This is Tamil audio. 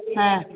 ஆ